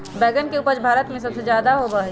बैंगन के उपज भारत में सबसे ज्यादा होबा हई